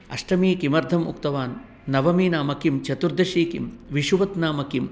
अष्टमी किमर्थम् उक्तवान् नवमी नाम किं चतुर्दशी किं विशुवत् नाम किं